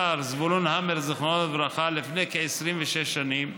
השר זבולון המר, זיכרונו לברכה, לפני כ-26 שנים,